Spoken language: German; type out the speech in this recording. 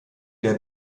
der